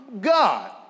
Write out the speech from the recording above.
God